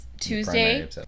Tuesday